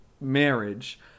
marriage